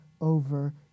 over